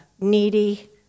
needy